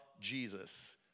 Jesus